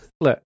look